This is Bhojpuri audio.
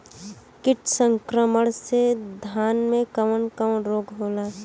कीट संक्रमण से धान में कवन कवन रोग होला?